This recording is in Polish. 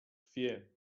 dwie